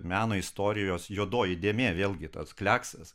meno istorijos juodoji dėmė vėlgi tas kleksas